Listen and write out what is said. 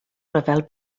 ryfel